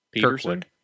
Kirkwood